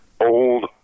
old